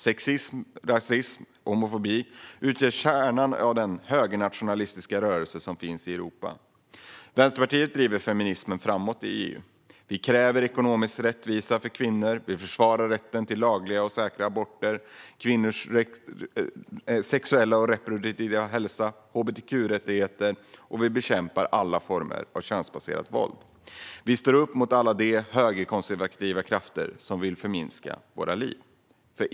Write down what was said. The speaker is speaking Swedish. Sexism, rasism och homofobi utgör kärnan i de högernationalistiska rörelser som finns i Europa. Vänsterpartiet driver feminismen framåt i EU. Vi kräver ekonomisk rättvisa för kvinnor. Vi försvarar rätten till lagliga och säkra aborter, rätten till kvinnors sexuella och reproduktiva hälsa samt hbtq-rättigheter. Vi bekämpar alla former av könsbaserat våld. Vi står upp mot alla de högerkonservativa krafter som vill förminska våra liv.